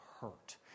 hurt